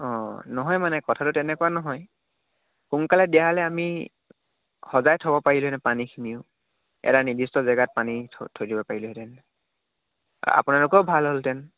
অঁ নহয় মানে কথাটো তেনেকুৱা নহয় সোনকালে দিয়া হ'লে আমি সজাই থ'ব পাৰিলোহেঁতেন পানীখিনিও এটা নিৰ্দিষ্ট জেগাত পানী থৈ থৈ দিব পাৰিলোহেঁতেন আপোনালোকৰো ভাল হ'ল হেঁতেন